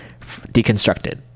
deconstructed